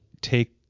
take